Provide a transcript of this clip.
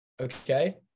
Okay